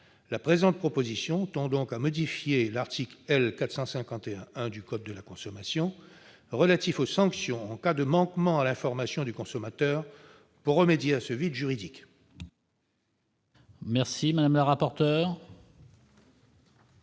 Le présent amendement tend donc à modifier l'article L. 451-1 du code précité relatif aux sanctions en cas de manquement à l'information du consommateur pour remédier à ce vide juridique.